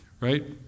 right